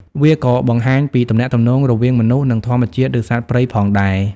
វាក៏បង្ហាញពីទំនាក់ទំនងរវាងមនុស្ស និងធម្មជាតិ ឬសត្វព្រៃផងដែរ។